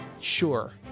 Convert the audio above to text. Sure